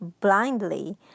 blindly